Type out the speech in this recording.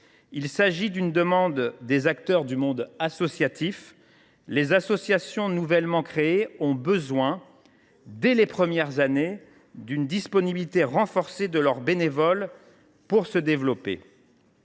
Il s’agit d’une demande des acteurs du monde associatif : les associations nouvellement créées ont besoin, dès les premières années, d’une disponibilité renforcée de leurs bénévoles pour se développer.